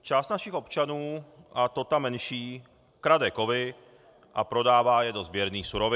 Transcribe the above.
Část našich občanů, a to ta menší, krade kovy a prodává je do sběrných surovin.